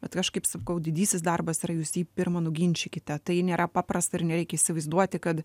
bet kažkaip sakau didysis darbas yra jūs jį pirma nuginčykite tai nėra paprasta ir nereik įsivaizduoti kad